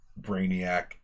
Brainiac